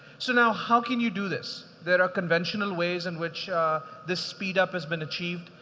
so now how can you do this? there are conventional ways in which this speed up has been achieved,